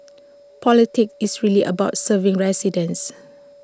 politics is really about serving residents